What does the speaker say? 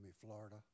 Florida